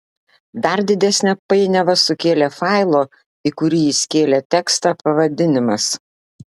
dar didesnę painiavą sukėlė failo į kurį jis kėlė tekstą pavadinimas